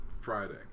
Friday